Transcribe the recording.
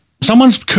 someone's